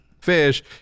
Fish